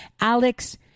Alex